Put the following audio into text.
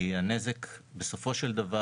כי בסופו של דבר,